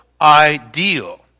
ideal